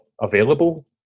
available